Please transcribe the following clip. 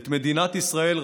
את מדינת ישראל,